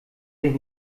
sich